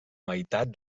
meitat